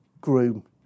groom